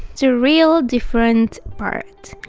it's a real different part.